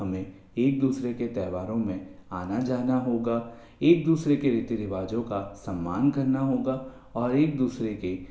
हमें एक दूसरे के त्यौहारों में आना जाना होगा एक दूसरे के रीति रिवाजों का सम्मान करना होगा और एक दूसरे के